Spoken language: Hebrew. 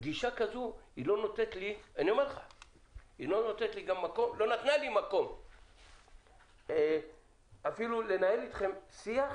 גישה כזאת לא נותנת לי מקום ולא נתנה לי מקום לנהל אתכם שיח,